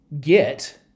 get